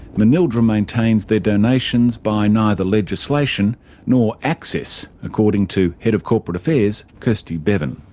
manildra maintains their donations buy neither legislation nor access, according to head of corporate affairs kirsty beavon.